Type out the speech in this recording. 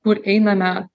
kur einame